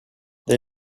they